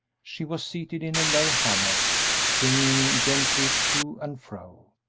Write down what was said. she was seated in a low hammock, swinging gently to and fro.